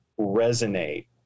resonate